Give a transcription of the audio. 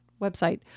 website